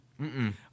Mm-mm